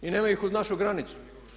I nema ih uz našu granicu.